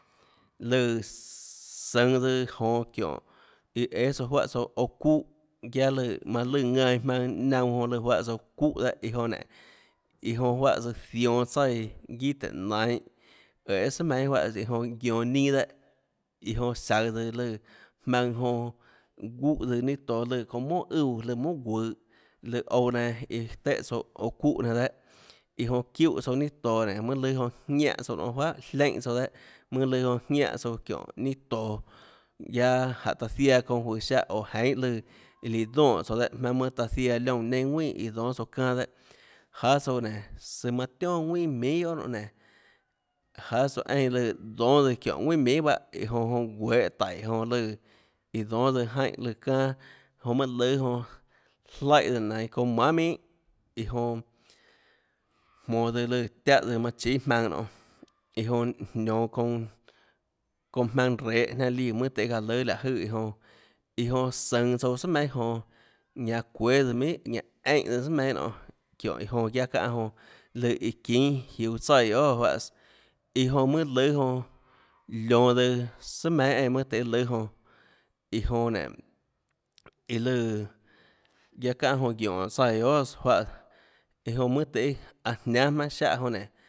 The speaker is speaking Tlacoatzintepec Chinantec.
Lùã sssss sùnå tsøã jonå çiónhå iã õâ tsouã juáhã ouã çúhã guiaâ lù ðanã maønã naunã jonã lùã juáhã tsouã çúhã dehâ iã jonã nénå iã jonã juáhã tsøã zionå tsaíã guiâ tùhå nainhå æê sùà meinhâ juáhã tsøã iã jonã guionå ninâ dehâ iã jonã saøå tsøã lùã jmaønã jonã guúhã tsøã ninâ toå lùã monà úã lùã monà guøhå lùã ouã nenã iã téhã tsouã auã çúhã nenã dehâ iã jonã çiúhã tsouã ninâ toå nénå mønâ lùã jonã jiánhã tsouã nonê juáhà jleínã tsouã dehâ mønâ lùâ jonã jiánã tsouã çiónhå ninâ toå guiaâ jánhå taã ziaã çounã juøå siáhã oå jeinhâ lùã líã donè tsouã dehâ jmaønâ taã ziaã liónã neinâ iã dónâ tsouã çanâ dehâ jáâ tsouã nénå søã manã tionà ðuinà minhà guiohà nénå jáâ tsouã eínã lùã dónâ tsøã çiónå ðuinà minhà báhã jonã jonã guehå taíå jonã lùã iã dónâ jainè lùã çanâ jonã mùnâ lùâ jonã jlaíhã nainhå çounã manhà minhà iã jonã jmonå tsøã lùã tiáhã manã chíâ jmaønã nonê iã onã nionå çounã çounã jmaønã rehå jniánã líã mønâ tøê çaã lùâ láhå jøè iã jonã iã jonã sønå tsouã sùà meinhâ jonå ñanã çuéâ tsøã minhà ñanã eínhã tsøã sùà meinhâ nonê çiónhå iã jonã guiaâ çáhã jonã iã çínâ jiuå tsaíã guiohàs juáhãs iã onã mùnâ lùâ jonã lionå tsøã sùà meinhâ eínã mønâ tøhê lùâ jonã iã jonã nénå iã lùã guiaâ ánhã jonã guiónå tsaíã guiohàs juáhãs iã jonã mønâ tøhê çaã jniánâ jmaønâ siáhã jonã nénå